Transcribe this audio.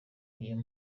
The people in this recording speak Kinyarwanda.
niyo